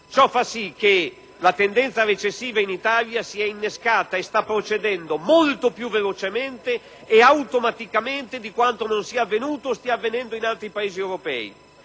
Ciò fa sì che la tendenza recessiva in Italia si è innescata e sta procedendo molto più velocemente e automaticamente di quanto non sia avvenuto o stia avvenendo in altri Paesi europei.